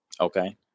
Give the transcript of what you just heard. Okay